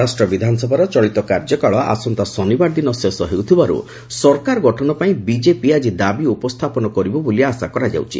ମହାରାଷ୍ଟ୍ର ବିଧାନସଭାର ଚଳିତ କାର୍ଯ୍ୟକାଳ ଆସନ୍ତା ଶନିବାର ଦିନ ଶେଷ ହେଉଥିବାରୁ ସରକାର ଗଠନ ପାଇଁ ବିଜେପି ଆଜି ଦାବି ଉପସ୍ଥାପନ କରିବ ବୋଲି ଆଶା କରାଯାଉଛି